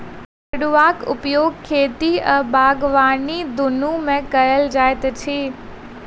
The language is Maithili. फड़ुआक उपयोग खेती आ बागबानी दुनू मे कयल जाइत अछि